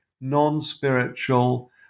non-spiritual